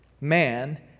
man